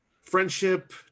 friendship